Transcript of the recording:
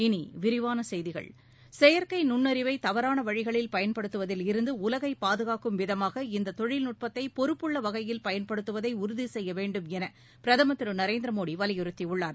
இனி விரிவான செய்திகள் செயற்கை நுண்ணறிவை தவறான வழிகளில் பயன்படுத்துவதில் இருந்து உலகை பாதுகாக்கும் விதமாக இத்தொழில்நுட்பத்தை பொறுப்புள்ள வகையில் பயன்படுத்துவதை உறுதி செய்ய வேண்டுமென பிரதமர் திரு நரேந்திர மோடி வலியுறுத்தியுள்ளார்